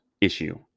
issue